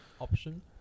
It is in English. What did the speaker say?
option